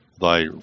thy